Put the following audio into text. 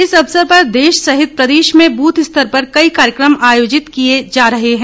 इस अवसर पर देश सहित प्रदेश में बूथ स्तर पर कई कार्यक्रम आयोजित किए जा रहें है